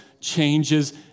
changes